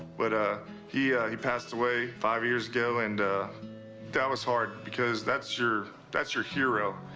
but ah he he passed away five years ago, and that was hard, because that's your that's your hero.